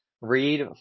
read